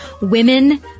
women